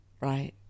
right